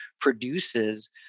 produces